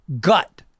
gut